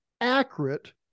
accurate